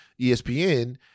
ESPN